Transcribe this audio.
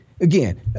again